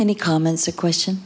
any comments or question